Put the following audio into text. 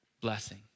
blessing